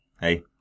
Hey